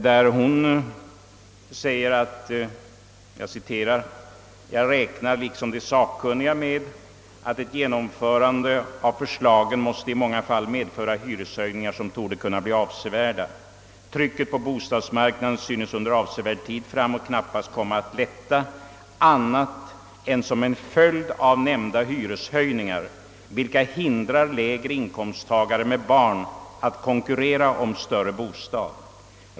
Byråchefen Roséns yttrande lyder: »Jag räknar liksom de sakkunniga med att ett genomförande av förslagen måste i många fall medföra hyreshöjningar som torde kunna bli avsevärda. Trycket på bostadsmarknaden synes under avsevärd tid framåt knappast komma att lätta annat än som följd av nämnda hyreshöjningar, vilka hindrar lägre inkomsttagare med barn att konkurrera om större bostad.